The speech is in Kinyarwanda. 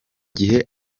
gihe